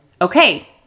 okay